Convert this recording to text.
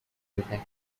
protect